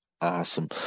Awesome